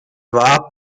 war